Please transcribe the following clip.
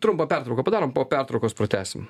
trumpą pertrauką padarom po pertraukos pratęsim